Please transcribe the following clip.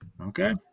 Okay